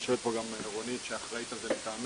יושבת פה גם רונית שאחראית על זה מטעמנו,